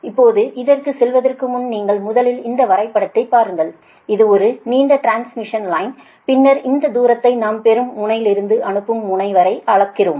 இப்போது இதற்குச் செல்வதற்கு முன் நீங்கள் முதலில் இந்த வரைபடத்தைப் பாருங்கள் இது ஒரு நீண்ட டிரான்ஸ்மிஷன் லைன் பின்னர் இந்த தூரத்தை நாம் பெறும் முனையிலிருந்து அனுப்பும் முனை வரை அளக்கிறோம்